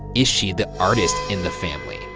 is she the artist in the family?